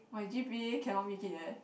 my g_p_a cannot make it eh